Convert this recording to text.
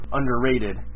underrated